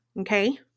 okay